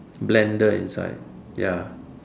blender inside ya